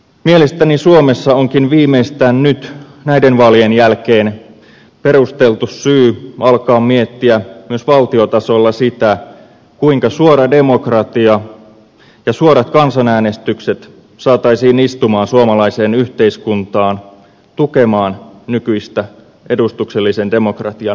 mielestäni suomessa onkin viimeistään nyt näiden vaalien jälkeen perusteltu syy alkaa miettiä myös valtiotasolla sitä kuinka suora demokratia ja suorat kansanäänestykset saataisiin istumaan suomalaiseen yhteiskuntaan tukemaan nykyistä edustuksellisen demokratian mallia